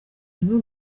nibwo